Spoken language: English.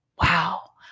wow